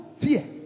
Fear